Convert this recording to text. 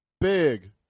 Big